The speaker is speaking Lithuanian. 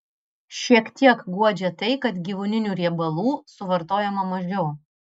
šiek tiek guodžia tai kad gyvūninių riebalų suvartojama mažiau